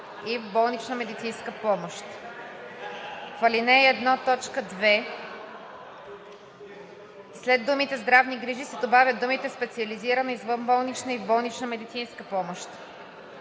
в болнична медицинска помощ“; б) в ал. 1, т. 2 след думите „Здравни грижи“ се добавят думите „в специализирана извънболнична и в болнична медицинска помощ“;